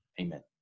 Amen